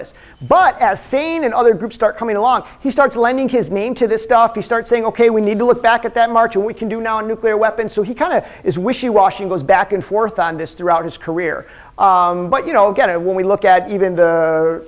this but as sane and other groups start coming along he starts lending his name to this stuff you start saying ok we need to look back at that march and we can do now on nuclear weapons so he kind of is wishy washy goes back and forth on this throughout his career but you know get when we look at even the